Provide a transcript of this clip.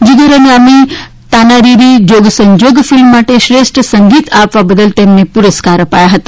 જીગર અને અમી તાનારીરી જોગસંજોગ ફિલ્મ માટે શ્રેષ્ઠ સંગીત આપવા બદલ તેમને પુરસ્કાર અપાયા હતા